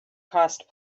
cost